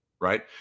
Right